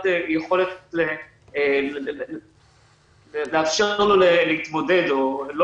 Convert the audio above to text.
מבחינת יכולת לאפשר לו להתמודד או לא